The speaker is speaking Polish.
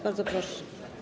Bardzo proszę.